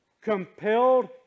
compelled